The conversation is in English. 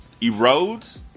erodes